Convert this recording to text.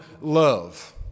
love